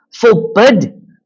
forbid